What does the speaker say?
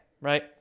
right